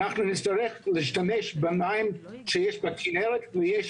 אנחנו נצטרך להשתמש במים שיש בכנרת ויש